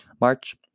March